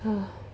hmm